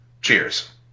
Cheers